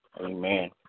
Amen